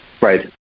Right